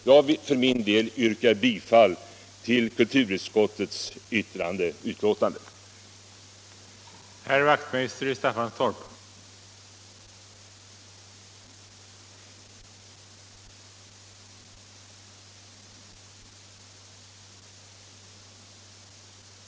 Jag vill för min del yrka bifall till kulturutskottets hemställan i betänkandet nr 11.